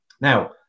Now